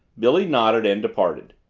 billy nodded and departed.